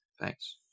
Thanks